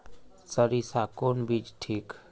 सरीसा कौन बीज ठिक?